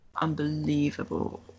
unbelievable